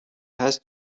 هست